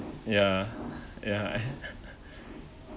ya ya